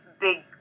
big